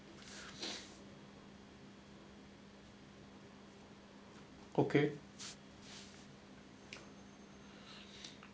okay